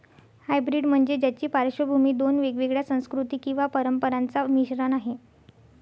hybrid म्हणजे ज्याची पार्श्वभूमी दोन वेगवेगळ्या संस्कृती किंवा परंपरांचा मिश्रण आहे